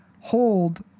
hold